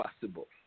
possible